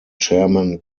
chairman